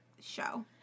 show